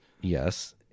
Yes